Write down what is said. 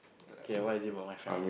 okay what is it about my family